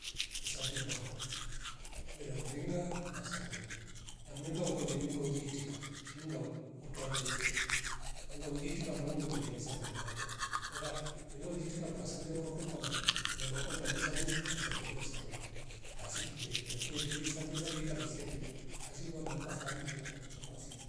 Hisambia maako kwera mringa na sabuni na mringa ukole mnunga ulietika shinu ngau hutamlwefo, mringa hulitika ngo mrimga ushausambia mako kwera mringa wetika pasambia maokokwa kwame sambia maoko kwande sabuni kwasambia na sabuni basi kube kweruru ndilie sambia savika misia tuli basi uvama kwa famela kwauchia kwasinga